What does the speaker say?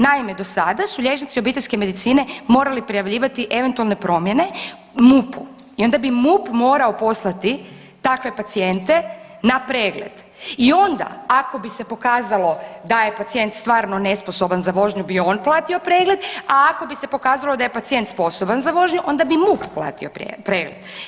Naime, do sada su liječnici obiteljske medicine morali prijavljivati eventualne promjene MUP-u i onda bi MUP morao poslati takve pacijente na pregled i onda ako bi se pokazalo da je pacijent stvarno nesposoban za vožnju bi on platio pregled, a ako bi se pokazalo da je pacijent sposoban za vožnju onda bi MUP platio pregled.